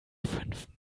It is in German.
fünften